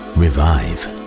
revive